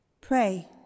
Pray